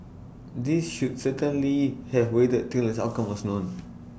these should certainly have waited till its outcome was known